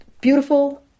beautiful